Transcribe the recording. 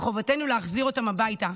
וחובתנו להחזיר אותם הביתה,